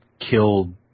killed